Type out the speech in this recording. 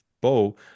bow